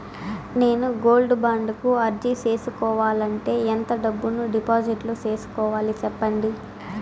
నేను gold bond కు అర్జీ సేసుకోవాలంటే ఎంత డబ్బును డిపాజిట్లు సేసుకోవాలి సెప్పండి